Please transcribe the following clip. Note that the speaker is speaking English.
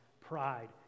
pride